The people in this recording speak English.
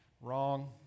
Wrong